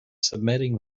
submitting